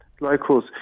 Locals